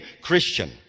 Christian